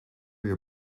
your